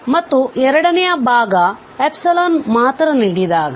ಮತ್ತು ಎರಡನೆಯ ಭಾಗ ಮಾತ್ರ ನೀಡಿದಾಗ